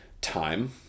time